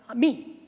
me,